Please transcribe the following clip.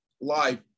life